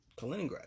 Kaliningrad